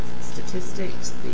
statistics